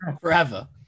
Forever